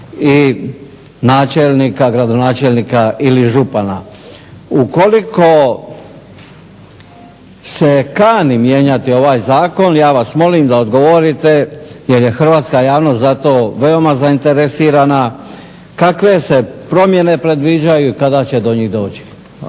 i načelnika, gradonačelnika ili župana. Ukoliko se kani mijenjati ovaj zakon, ja vas molim da odgovorite jer je hrvatska javnost za to veoma zainteresirana. Kakve se promjene predviđaju i kada će do njih doći.